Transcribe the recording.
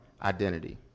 identity